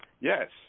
yes